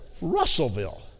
Russellville